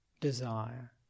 desire